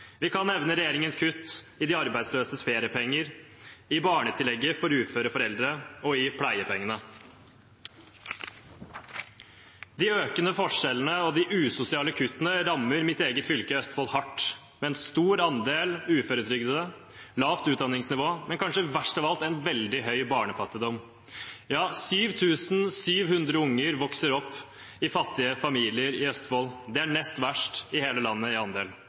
Vi kan nevne regjeringens kutt i de arbeidsløses feriepenger, i barnetillegget for uføre foreldre og i pleiepengene. De økende forskjellene og de usosiale kuttene rammer mitt eget fylke, Østfold, hardt, med en stor andel uføretrygdede, lavt utdanningsnivå, men kanskje verst av alt – en veldig høy barnefattigdom. Ja, 7 700 unger vokser opp i fattige familier i Østfold. I andel er dette nest verst i hele landet.